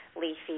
leafy